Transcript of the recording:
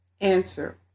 Answer